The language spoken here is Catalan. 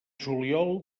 juliol